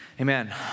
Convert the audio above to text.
Amen